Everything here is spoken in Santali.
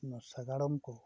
ᱚᱱᱟ ᱥᱟᱜᱟᱲᱚᱢ ᱠᱚᱢ